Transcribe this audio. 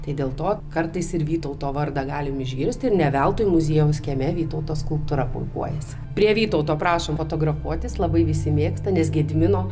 tai dėl to kartais ir vytauto vardą galim išgirsti ir ne veltui muziejaus kieme vytauto skulptūra puikuojasi prie vytauto prašom fotografuotis labai visi mėgsta nes gedimino